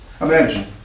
Imagine